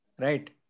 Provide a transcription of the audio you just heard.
Right